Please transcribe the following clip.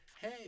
hey